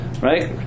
Right